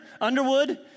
Underwood